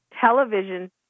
television